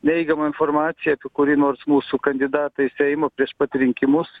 neigiama informacija apie kurį nors mūsų kandidatą į seimą prieš pat rinkimus